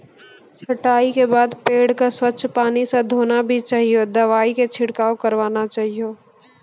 छंटाई के बाद पेड़ क स्वच्छ पानी स धोना भी चाहियो, दवाई के छिड़काव करवाना चाहियो